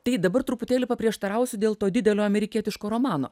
tai dabar truputėlį paprieštarausiu dėl to didelio amerikietiško romano